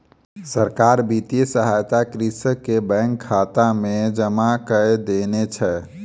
सरकार वित्तीय सहायता कृषक के बैंक खाता में जमा कय देने छै